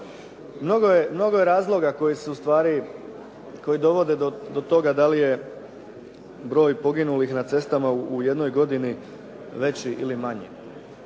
Mnogo je razloga koji dovode do toga da li je broj poginulih na cestama u jednoj godini veći ili manji.